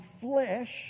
flesh